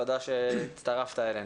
תודה שהצטרפת אלינו.